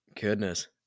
Goodness